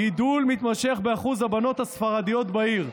גידול מתמשך באחוז הבנות הספרדיות בעיר.